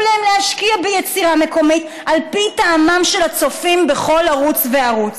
להם להשקיע ביצירה מקומית על פי טעמם של הצופים בכל ערוץ וערוץ.